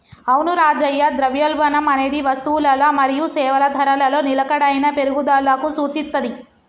అవును రాజయ్య ద్రవ్యోల్బణం అనేది వస్తువులల మరియు సేవల ధరలలో నిలకడైన పెరుగుదలకు సూచిత్తది